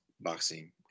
boxing